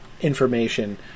information